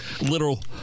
Literal